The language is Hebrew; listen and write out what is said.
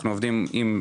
אנחנו עובדים עם,